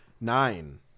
Nine